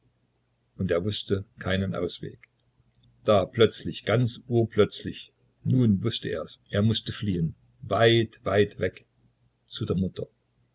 und er wußte keinen ausweg da plötzlich ganz urplötzlich nun wußte ers er mußte fliehen weit weit weg zu der mutter